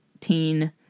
teen